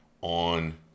on